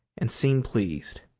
and seemed pleased.